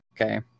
okay